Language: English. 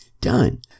done